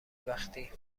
وقتی